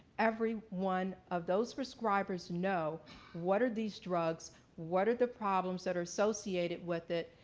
every one of those prescribers know what are these drugs, what are the problems that are associated with it,